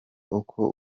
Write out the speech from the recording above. uko